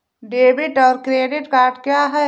Debit और credit क्या है?